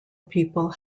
people